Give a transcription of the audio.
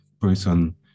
person